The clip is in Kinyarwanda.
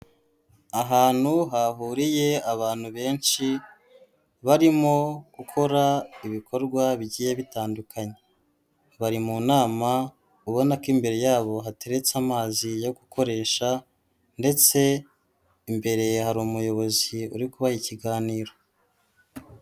Ahantu hahuriye abantu benshi, barimo gukora ibikorwa bigiye bitandukanye, bari mu nama, ubona ko imbere yabo hateretse amazi yo gukoresha ndetse imbere hari umuyobozi uri kubaha ikiganiro.